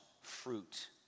fruit